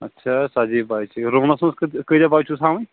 اچھا ژَتجی بچہٕ روٗمس منٛز کأتیٛاہ بچہٕ چھُو تھاوٕنۍ